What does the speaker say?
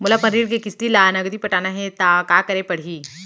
मोला अपन ऋण के किसती ला नगदी पटाना हे ता का करे पड़ही?